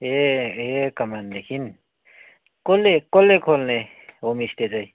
ए यहीँ कमानदेखिन् कसले कसले खोल्ने होमस्टे चाहिँ